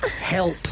help